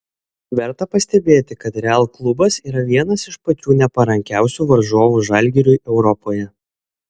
verta pastebėti kad real klubas yra vienas iš pačių neparankiausių varžovų žalgiriui europoje